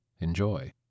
Enjoy